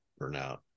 burnout